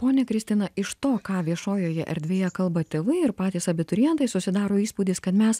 ponia kristina iš to ką viešojoje erdvėje kalba tėvai ir patys abiturientai susidaro įspūdis kad mes